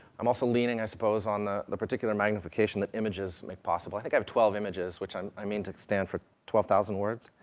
i'm also leaning, i suppose, on the the particular magnification that images make possible, i think i have twelve images, which i mean to stand for twelve thousand words.